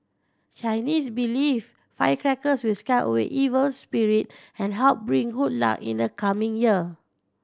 Chinese believe firecrackers will scare away evil spirit and help bring good luck in the coming year